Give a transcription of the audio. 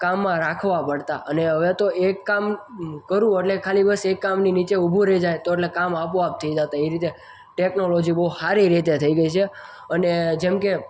કામમાં રાખવા પડતાં અને હવે તો એક કામ કરવું એટલે ખાલી બસ એક કામની નીચે ઊભું રહી જાય તો તો એટલે કામ આપોઆપ થઈ જતાં એ રીતે ટેકનોલોજી બહુ સારી રીતે થઈ ગઈ છે અને જેમકે